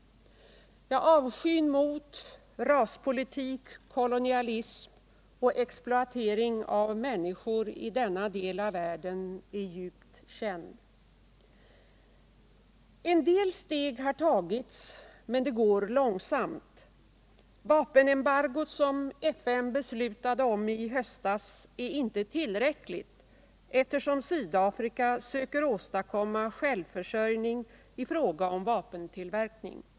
Avskyn mot raspolitik, kolonialism och exploatering av människor i denna del av världen är djupt känd. En del steg har tagits, men det går långsamt. Vapenembargot som FN beslutade om i höstas är inte tillräckligt, eftersom Sydafrika söker åstadkomma självförsörjning i fråga om vapentillverkning.